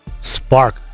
Spark